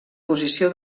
posició